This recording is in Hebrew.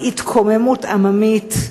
היא התקוממות עממית.